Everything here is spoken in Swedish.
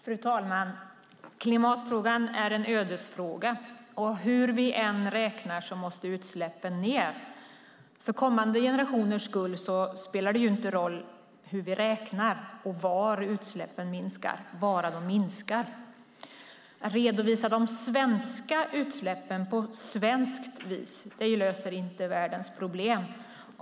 Fru talman! Klimatfrågan är en ödesfråga. Hur vi än räknar måste utsläppen ned. Det spelar ingen roll för kommande generationer hur vi räknar och var utsläppen minskar, bara de minskar. Att redovisa de svenska utsläppen på svenskt vis löser inte världens problem.